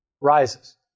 rises